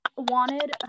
wanted